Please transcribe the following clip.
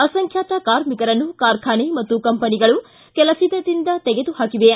ಅಸಂಖ್ಯಾತ ಕಾರ್ಮಿಕರನ್ನು ಕಾರ್ಖಾನೆ ಮತ್ತು ಕಂಪನಿಗಳು ಕೆಲಸದಿಂದ ತೆಗೆದು ಹಾಕಿವೆ